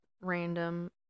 random